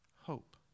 hope